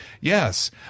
Yes